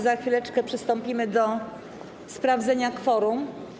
Za chwileczkę przystąpimy do sprawdzenia kworum.